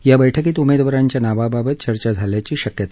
या बैठकीत उमेदवारांच्या नावांबाबत चर्चा झाल्याची शक्यता आहे